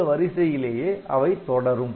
இந்த வரிசையிலேயே அவை தொடரும்